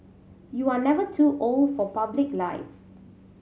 you are never too old for public life